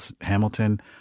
Hamilton